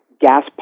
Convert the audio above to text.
gas